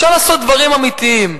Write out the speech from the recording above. אפשר לעשות דברים אמיתיים,